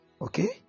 Okay